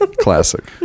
Classic